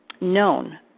known